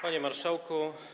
Panie Marszałku!